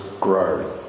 grow